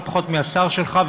לא פחות מהשר שלך,